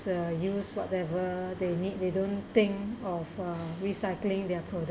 use whatever they need they don't think of uh recycling their product